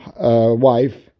wife